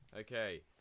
Okay